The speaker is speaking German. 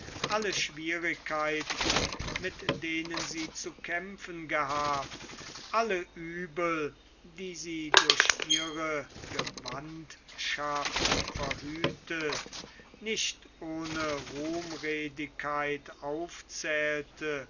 alle schwierigkeiten mit denen sie zu kämpfen gehabt alle uebel die sie durch ihre gewandtheit verhütet nicht ohne ruhmredigkeit aufzählte